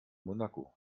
monaco